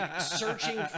searching